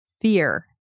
fear